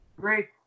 Great